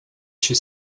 she